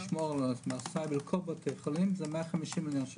להישמר מהסייבר בכל בתי החולים זה 150 מיליון שקל.